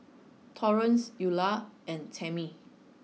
Torrance Eulah and Tamie